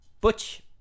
butch